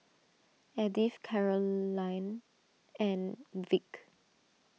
Edith Carolann and Vic